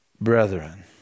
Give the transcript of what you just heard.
brethren